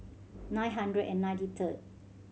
nine hundred and ninety third